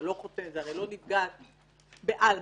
זה הרי לא נפגעת בעלמא,